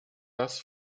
das